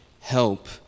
help